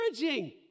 encouraging